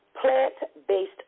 plant-based